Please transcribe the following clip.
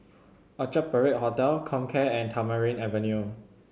Orchard Parade Hotel Comcare and Tamarind Avenue